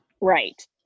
Right